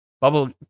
bubble